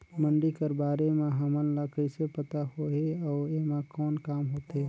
मंडी कर बारे म हमन ला कइसे पता होही अउ एमा कौन काम होथे?